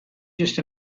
just